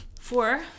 four